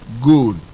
good